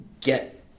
get